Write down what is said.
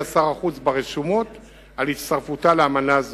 שר החוץ ברשומות על הצטרפותה לאמנה זו.